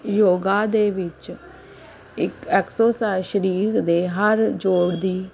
ਯੋਗਾ ਦੇ ਵਿੱਚ ਇੱਕ ਐਕਸੋਸਾ ਸਰੀਰ ਦੇ ਹਰ ਜੋੜ ਦੀ